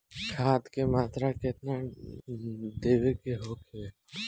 खाध के मात्रा केतना देवे के होखे?